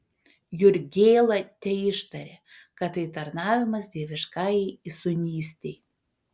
jurgėla teištarė kad tai tarnavimas dieviškajai įsūnystei